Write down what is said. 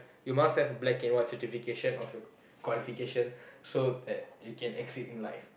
you must have a black and white certification of your qualification so that you can excel in life